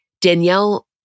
Danielle